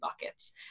buckets